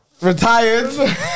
retired